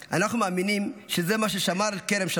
"אנחנו מאמינים שזה מה ששמר על כרם שלום.